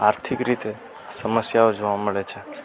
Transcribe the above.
આર્થિક રીતે સમસ્યાઓ જોવાં મળે છે